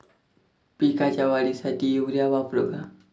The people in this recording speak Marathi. पिकाच्या वाढीसाठी युरिया वापरू का?